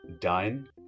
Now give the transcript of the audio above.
dine